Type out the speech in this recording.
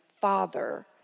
father